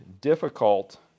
difficult